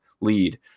lead